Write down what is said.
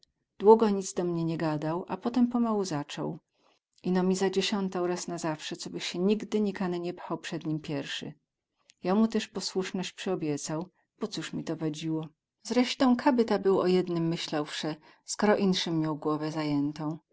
długo nic do mnie nie gadał a potem pomału zacął ino mi zadziesiątał raz na zawse cobych sie nigdy nikany nie pchał przed nim piersy ja mu tyz posłusnoś przyobiecał bo coz mi to wadziło zreśtą ka by ta był o tym jednym myślał wse skoro insym miał głowę zajętą